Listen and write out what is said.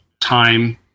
time